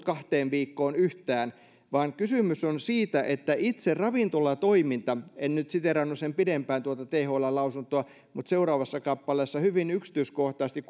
kahteen viikkoon yhtään vaan kysymys on siitä että itse ravintolatoiminta en nyt siteerannut sen pidempään tuota thln lausuntoa mutta seuraavassa kappaleessa hyvin yksityiskohtaisesti